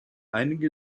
einige